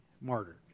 martyred